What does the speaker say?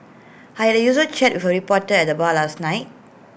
I had A usual chat with A reporter at the bar last night